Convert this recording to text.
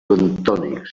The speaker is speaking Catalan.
bentònics